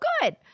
good